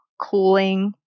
cooling